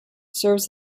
serves